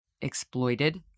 exploited